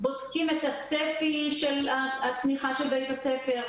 בודקים את הצפי של הצמיחה של בית הספר.